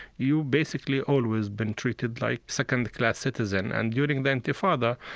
you basically always been treated like second-class citizen. and, during the intifada,